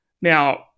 Now